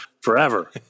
forever